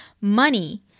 money